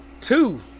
two